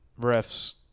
refs